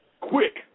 Quick